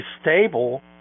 stable